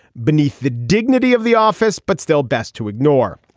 beneath the dignity of the office but still best to ignore.